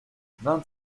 vingt